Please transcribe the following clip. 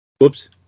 Whoops